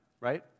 right